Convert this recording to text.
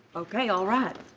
ok all right.